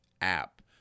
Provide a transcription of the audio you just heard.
app